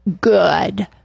good